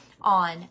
on